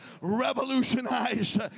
revolutionize